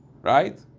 right